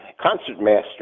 concertmaster